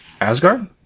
asgard